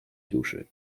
duszy